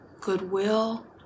goodwill